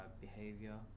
Behavior